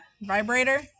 vibrator